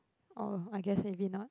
oh I guess maybe not